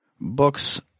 books